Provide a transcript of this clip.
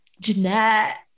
Jeanette